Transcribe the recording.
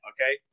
Okay